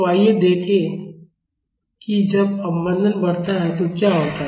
तो आइए देखें कि जब अवमंदन बढ़ता है तो क्या होता है